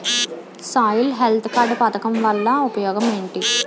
Soil health card పథకం వల్ల ఉపయోగం ఏంటి?